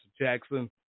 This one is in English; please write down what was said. Jackson